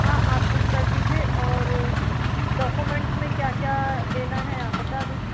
हाँ आप बुक कर दीजिए और डाक्यूमेंट में क्या क्या देना है आप बता दो